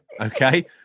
okay